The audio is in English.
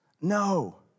No